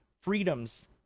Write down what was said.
freedoms